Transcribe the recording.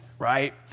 Right